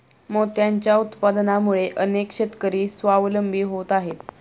मोत्यांच्या उत्पादनामुळे अनेक शेतकरी स्वावलंबी होत आहेत